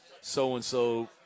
so-and-so